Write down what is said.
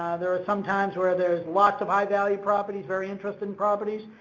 there are sometimes where there's lots of high value properties, very interesting properties,